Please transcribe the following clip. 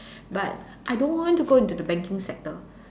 but I don't want to go into the banking sector